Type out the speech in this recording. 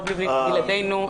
לא בלעדינו,